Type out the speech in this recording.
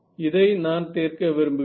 இதை நான் தீர்க்க விரும்புகிறேன்